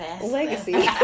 legacy